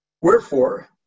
Wherefore